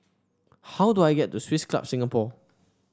how do I get to Swiss Club Singapore